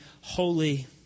holy